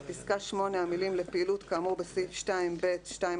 בפסקה (8) המילים "לפעילות כאמור בסעיף 2(ב)(2א2)